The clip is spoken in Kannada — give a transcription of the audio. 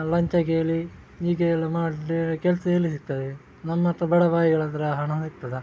ಲಂಚ ಕೇಳಿ ಹೀಗೆ ಎಲ್ಲ ಮಾಡಿದರೆ ಕೆಲಸ ಎಲ್ಲಿ ಸಿಗ್ತದೆ ನಮ್ಮತ್ತಿರ ಬಡಪಾಯಿಗಳತ್ತಿರ ಹಣ ಇರ್ತದಾ